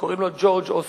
קוראים לו ג'ורג' אוסבורן.